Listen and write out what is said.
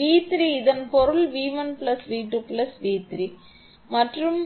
𝑉3 இதன் பொருள் 𝑣1 𝑣2 𝑣3 மற்றும்